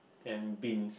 and beans